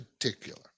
particular